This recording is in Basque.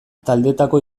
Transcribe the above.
taldetako